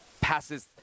passes